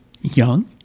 young